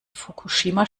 fukushima